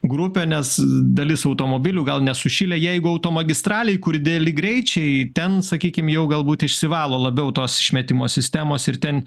grupę nes dalis automobilių gal nesušilę jeigu automagistralėj kur dideli greičiai ten sakykim jau galbūt išsivalo labiau tos išmetimo sistemos ir ten